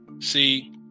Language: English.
see